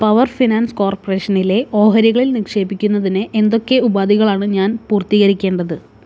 power Finance കോർപ്പറേഷനിലെ ഓഹരികളിൽ നിക്ഷേപിക്കുന്നതിന് എന്തൊക്കെ ഉപാധികളാണ് ഞാൻ പൂർത്തീകരിക്കേണ്ടത്